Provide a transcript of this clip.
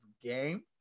Game